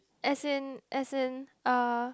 as in as in uh